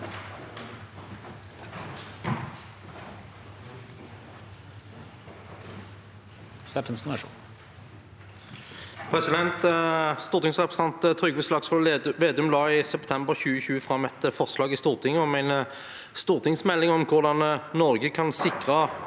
«Stortingsrepre- sentant Trygve Slagsvold Vedum la i september 2020 frem et forslag i Stortinget om en stortingsmelding om hvordan Norge kan sikre